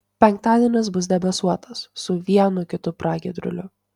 penktadienis bus debesuotas su vienu kitu pragiedruliu